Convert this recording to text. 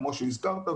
כמו שהזכרת,